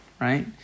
right